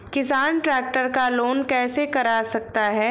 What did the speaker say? किसान ट्रैक्टर का लोन कैसे करा सकता है?